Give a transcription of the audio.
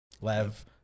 Lev